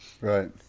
Right